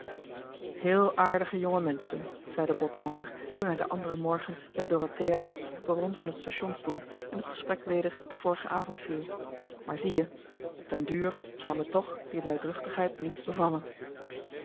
heel aardige jonge menschen zeide botwater toen hij den anderen morgen met dorothea op het perron van het station stond en het gesprek weder op den vorigen avond viel maar zie je op den duur zou me toch die luidruchtigheid niet bevallen